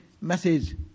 Message